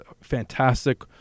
fantastic